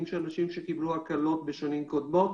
של אנשים שקיבלו הקלות בשנים קודמות,